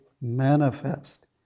manifest